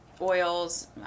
oils